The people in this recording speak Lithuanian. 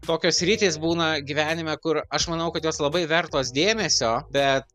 tokios sritys būna gyvenime kur aš manau kad jos labai vertos dėmesio bet